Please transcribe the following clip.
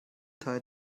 teil